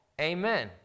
Amen